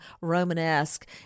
Romanesque